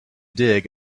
dig